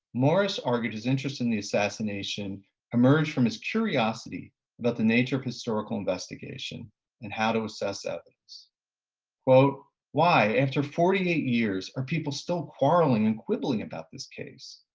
morris argued his interest in the assassination emerged from his curiosity about the nature of historical investigation and how to assess that why after forty eight years are people still quarreling and quibbling about this case?